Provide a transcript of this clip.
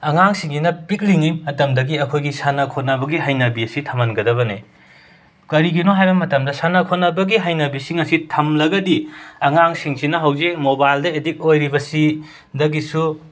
ꯑꯉꯥꯡꯁꯤꯡꯁꯤꯅ ꯄꯤꯛꯂꯤꯉꯩ ꯃꯇꯝꯗꯒꯤ ꯑꯩꯈꯣꯏꯒꯤ ꯁꯥꯟꯅ ꯈꯣꯠꯅꯕꯒꯤ ꯍꯩꯅꯕꯤ ꯑꯁꯤ ꯊꯝꯍꯟꯒꯗꯕꯅꯤ ꯀꯔꯤꯒꯤꯅꯣ ꯍꯥꯏꯕ ꯃꯇꯝꯗ ꯁꯥꯟꯅ ꯈꯣꯠꯅꯕꯒꯤ ꯍꯩꯅꯕꯤꯁꯤꯡ ꯑꯁꯤ ꯊꯝꯂꯒꯗꯤ ꯑꯉꯥꯡꯁꯤꯡꯁꯤꯅ ꯍꯧꯖꯤꯛ ꯃꯣꯕꯥꯏꯜꯗ ꯑꯦꯗꯤꯛ ꯑꯣꯏꯔꯤꯕꯁꯤꯗꯒꯤꯁꯨ